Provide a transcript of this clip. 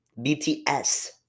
BTS